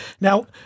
Now